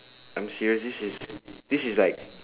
I am seriously serious this is like